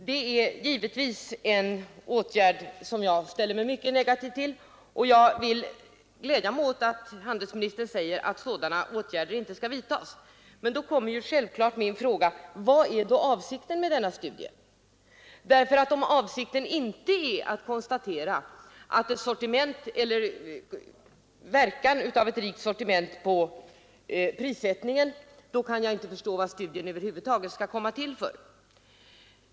Det är givetvis en avsikt som jag ställer mig mycket negativ till, och jag gläder mig åt att handelsministern säger att sådana åtgärder inte skall vidtas. Men då kommer självfallet min fråga: Vad är i så fall avsikten med denna studie? Om avsikten inte är att konstatera ett rikt sortiments inverkan på prissättningen, kan jag inte förstå för vilket ändamål studien över huvud taget skall göras.